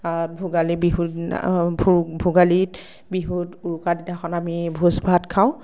আ ভোগালী বিহুৰ দিনা ভো ভোগালীত বিহুত উৰুকাৰ দিনাখন আমি ভোজ ভাত খাওঁ